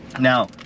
Now